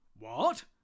What